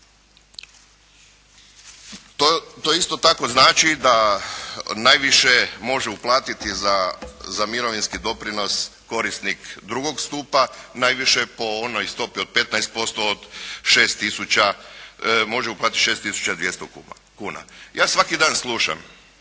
To isto tako znači da najviše može uplatiti za mirovinski doprinos korisnik drugog stupa, najviše po onoj stopi od 15% od 6 tisuća, može uplatiti 6 tisuća i 200 kuna. Ja svaki dan slušam